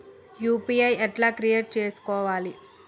UPI ఎట్లా create చేసుకోవాలి?